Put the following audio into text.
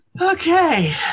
okay